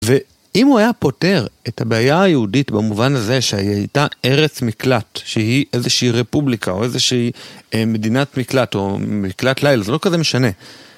ואם הוא היה פותר את הבעיה היהודית במובן הזה שהיא הייתה ארץ מקלט, שהיא איזושהי רפובליקה או איזושהי מדינת מקלט או מקלט לילה, זה לא כזה משנה.